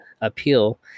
appeal